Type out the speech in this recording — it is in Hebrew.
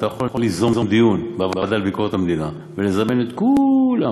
אתה יכול ליזום דיון בוועדה לביקורת המדינה ולזמן את כולם,